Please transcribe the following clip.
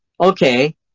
Okay